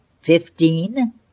fifteen